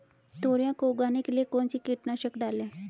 तोरियां को उगाने के लिये कौन सी कीटनाशक डालें?